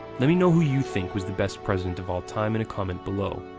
let me know who you think was the best president of all time in a comment below.